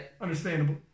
understandable